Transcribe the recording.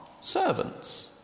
servants